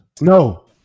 No